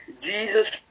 Jesus